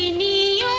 me